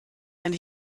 and